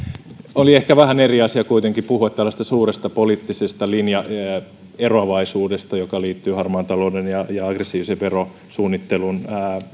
oli kuitenkin ehkä vähän eri asia puhua suuresta poliittisesta linjaeroavaisuudesta joka liittyy harmaan talouden ja ja aggressiivisen verosuunnittelun